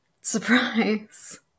Surprise